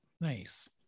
Nice